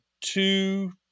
two